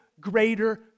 greater